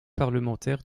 parlementaire